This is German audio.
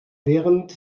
während